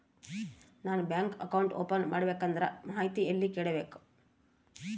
ನಾನು bank account open ಮಾಡಬೇಕಂದ್ರ ಮಾಹಿತಿ ಎಲ್ಲಿ ಕೇಳಬೇಕು?